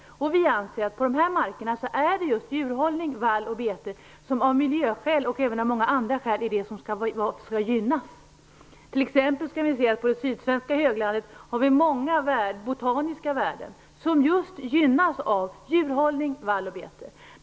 Vi anser att djurhållning och vall och bete skall gynnas på dessa marker, av miljöskäl och av många andra skäl. På sydsvenska höglandet har vi t.ex. många botaniska värden som gynnas av djurhållning, bete och vall.